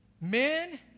Men